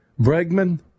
Bregman